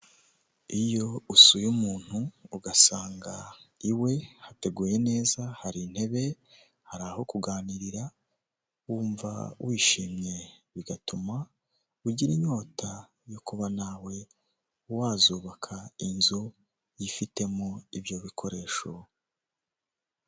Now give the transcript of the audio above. Icyumba kigaragara nkaho hari ahantu bigira ikoranabuhanga, hari abagabo babiri ndetse hari n'undi utari kugaragara neza, umwe yambaye ishati y'iroze undi yambaye ishati y'umutuku irimo utubara tw'umukara, imbere yabo hari amaterefoni menshi bigaragara ko bari kwihugura.